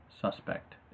suspect